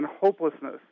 hopelessness